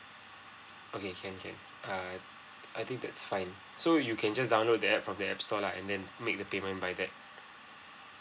okay can can err I think that's fine so you can just download that from the app so like and then make the payment by that